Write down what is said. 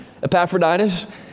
Epaphroditus